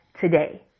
today